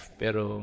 pero